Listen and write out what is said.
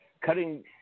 cutting –